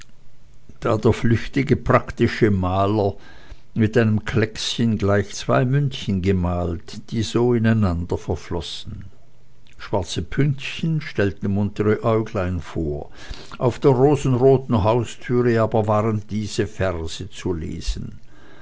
der flüchtige praktische maler mit einem kleckschen gleich zwei mündchen gemahlt die so ineinander verflossen schwarze pünktchen stellten muntere äuglein vor auf der rosenroten haustür aber waren diese verse zu lesen